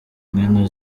nkino